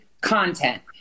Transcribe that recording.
content